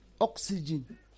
oxygen